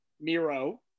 Miro